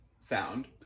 sound